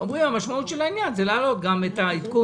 שהמשמעות היא שצריך להעלות גם את העדכון